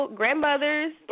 grandmothers